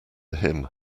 him